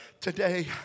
today